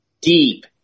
deep